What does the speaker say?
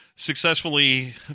successfully